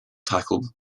tackle